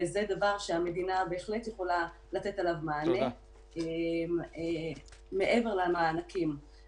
זה דבר שהמדינה בהחלט יכולה לתת לו מענה.ממעבר למענקים,